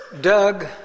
Doug